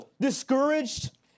Discouraged